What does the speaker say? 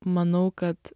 manau kad